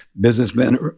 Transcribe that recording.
businessmen